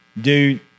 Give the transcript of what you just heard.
dude